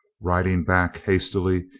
riding back hastily,